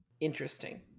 Interesting